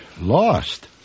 lost